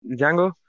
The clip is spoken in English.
Django